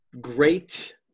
great